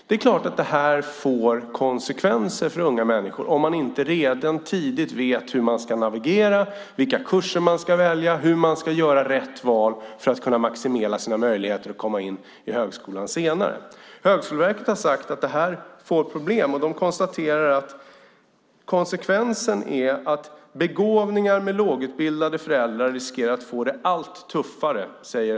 Det är klart att det får konsekvenser för en ung människa om man inte redan tidigt vet hur man ska navigera, vilka kurser man ska välja och hur man ska göra rätt val för att maximera sina möjligheter att komma in på högskolan senare. Högskoleverket har sagt att det skapar problem. Man menar att konsekvensen blir att begåvningar med lågutbildade föräldrar riskerar att få det allt tuffare.